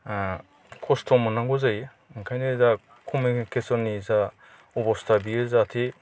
खस्त' मोननांगौ जायो ओंखायनो जा कमिउनिकेसननि जा अबस्था बेयो जाहाथे